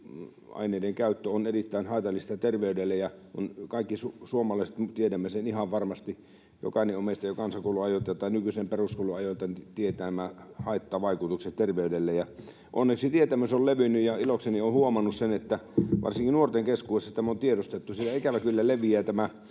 aineiden käyttö on erittäin haitallista terveydelle, ja kaikki me suomalaiset tiedämme sen ihan varmasti. Jokainen meistä jo kansakouluajoilta tai nykyisen peruskoulun ajoilta tietää nämä haittavaikutukset terveydelle. Onneksi tietämys on levinnyt, ja ilokseni olen huomannut sen, että varsinkin nuorten keskuudessa tämä on tiedostettu. Siellä ikävä kyllä leviää tämä